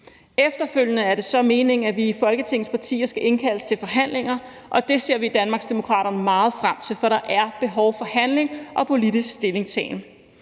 Efterfølgende er det så meningen, at Folketingets partier skal indkaldes til forhandlinger, og det ser vi i Danmarksdemokraterne meget frem til. For der er behov for handling og politisk stillingtagen.